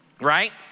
right